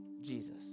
Jesus